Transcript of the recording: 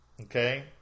Okay